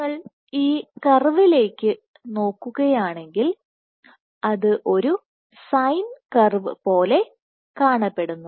നിങ്ങൾ ഈ കർവിലേക്ക് നോക്കുകയാണെങ്കിൽ അത് ഒരു സൈൻ കർവ് പോലെ കാണപ്പെടുന്നു